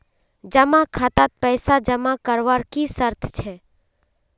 जमा खातात पैसा जमा करवार की शर्त छे?